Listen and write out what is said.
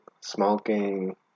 Smoking